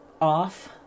off